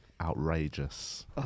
outrageous